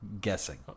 Guessing